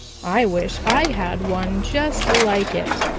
i wish i had one just like it.